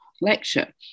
lecture